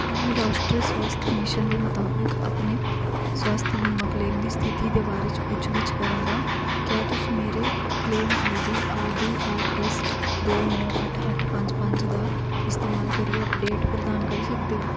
अ'ऊं राश्ट्री स्वास्थ मिशन दे मताबक अपने स्वास्थ बीमा क्लेम दी स्थिति दे बारे च पुच्छ गिच्छ करा दा आं क्या तुस मेरे claim I D R D R S दो नौ अट्ठ अट्ठ पंज पंज दा इस्तेमाल करियै अपडेट प्रदान करी सकदे ओ